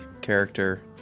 character